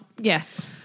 Yes